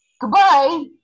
Goodbye